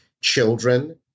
children